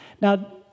Now